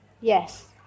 Yes